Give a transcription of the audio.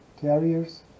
carriers